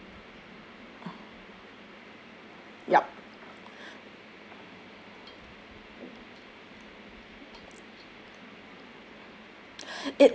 yup